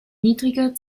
niedriger